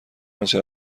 انچه